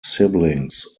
siblings